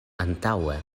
antaŭe